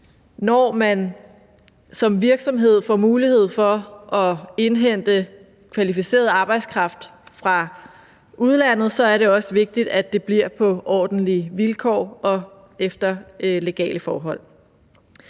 Når man som virksomhed får mulighed for at indhente kvalificeret arbejdskraft fra udlandet, er det også vigtigt, at det bliver på ordentlige vilkår og efter legale forhold.